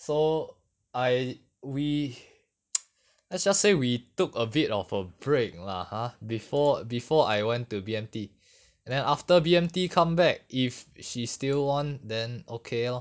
so I we let's just say we took a bit of a break lah ah before before I went to B_M_T and then after B_M_T come back if she still want then okay lor